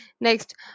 Next